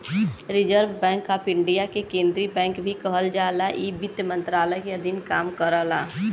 reserve Bank of India के केंद्रीय bank भी कहल जाला इ वित्त मंत्रालय के अधीन काम करला